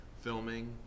Filming